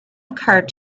occurred